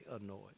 annoyed